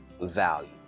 value